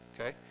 Okay